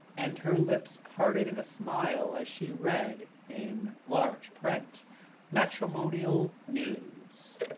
and her lips parted in a smile, as she read, in large print matrimonial news.